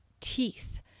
teeth